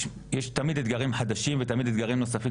תמיד אתגרים חדשים ותמיד אתגרים נוספים,